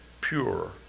pure